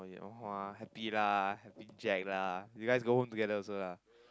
!wah! happy lah happy with Jack lah you guys go home together also lah